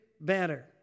better